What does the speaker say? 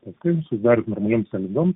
paskui susidarius normaliom sąlygom